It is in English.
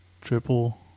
triple